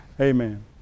Amen